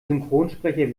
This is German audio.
synchronsprecher